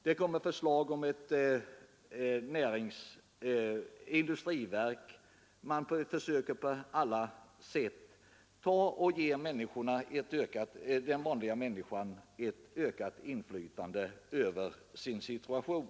Det kommer vidare förslag om ett industriverk, och man försöker på alla sätt ge den vanliga människan ökat inflytande över sin situation.